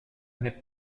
mes